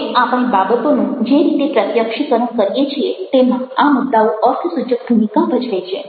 હવે આપણે બાબતોનું જે રીતે પ્રત્યક્ષીકરણ કરીએ છીએ તેમાં આ મુદ્દાઓ અર્થસૂચક ભૂમિકા ભજવે છે